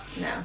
No